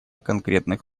конкретных